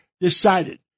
decided